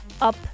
up